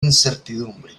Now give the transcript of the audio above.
incertidumbre